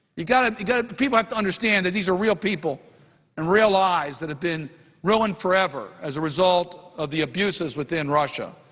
you've got to you've got to people have to understand that these are real people and real lives that have been ruined forever as a result of the abuses within russia.